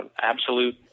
absolute